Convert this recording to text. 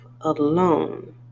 alone